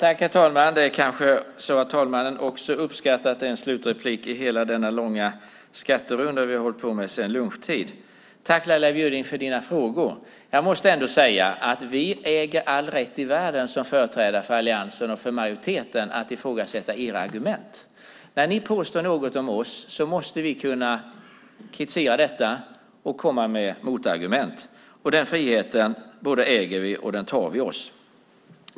Herr talman! Det kanske är så att talmannen också uppskattar att det är en slutreplik i hela denna långa skatterunda som vi har hållit på med sedan lunchtid. Tack, Laila Bjurling, för dina frågor. Jag måste ändå säga att vi äger all rätt i världen som företrädare för alliansen och för majoriteten att ifrågasätta era argument. När ni påstår något om oss måste vi kunna kritisera detta och komma med motargument. Den friheten både äger vi och tar vi oss.